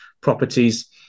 properties